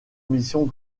missions